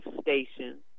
station